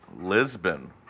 Lisbon